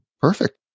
perfect